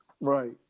Right